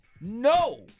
No